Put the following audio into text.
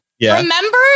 remember